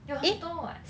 有很多 [what]